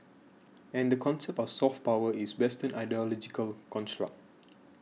and the concept of soft power is Western ideological construct